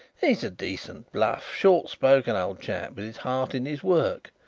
he is a decent, bluff short-spoken old chap, with his heart in his work.